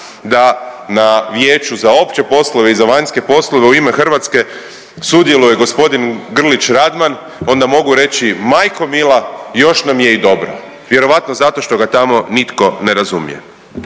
da na Vijeću za opće poslove i za vanjske poslove u ime Hrvatske sudjeluje gospodin Grlić Radman, onda mogu reći majko mila još nam je i dobro vjerovatno zato što ga tamo nitko ne razumije.